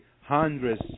hundreds